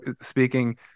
speaking